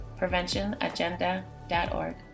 preventionagenda.org